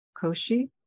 Koshi